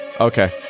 okay